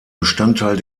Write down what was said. bestandteil